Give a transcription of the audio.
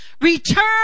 Return